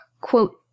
Quote